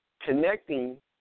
connecting